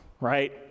right